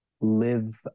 live